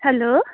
hello